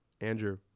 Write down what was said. Andrew